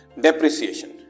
Depreciation